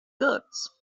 goods